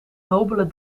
nobele